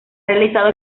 realizado